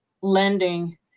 lending